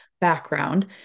background